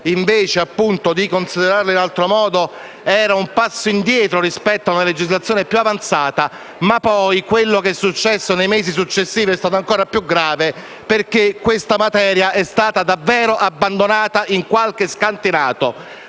invece considerarlo in altro modo, fosse un passo indietro rispetto a una legislazione più avanzata, ma poi quello che è successo nei mesi successivi è stato ancora più grave, perché questo provvedimento è stato davvero abbandonato in qualche scantinato.